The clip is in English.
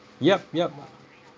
yup yup